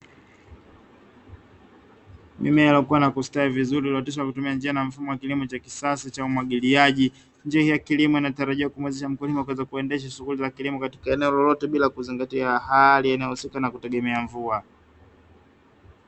Mimea iliyo kuwa na kustawi vizuri, iliyo oteshwa kwa kutumia njia na mfumo wa kilimo cha kisasa cha umwagiliaji, Njia hii ya kilimo inatarajia kumuwezesha mkulima, kuweza kuendesha shughuli za kilimo katika eneo lolote bila kuzingatia hali ya eneo husika na kutegemea mvua.